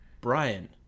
brian